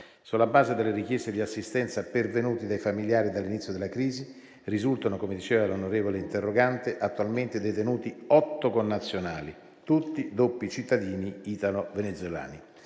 Sulla base delle richieste di assistenza pervenute dai familiari dall'inizio della crisi, risultano - come diceva l'onorevole interrogante - attualmente detenuti otto connazionali, tutti doppi cittadini italo-venezuelani.